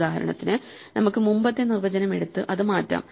ഉദാഹരണത്തിന് നമുക്ക് മുമ്പത്തെ നിർവചനം എടുത്ത് അത് മാറ്റാം